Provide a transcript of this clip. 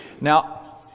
now